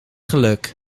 geluk